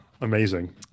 amazing